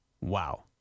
Wow